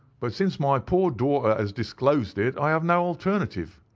but since my poor daughter has disclosed it i have no alternative.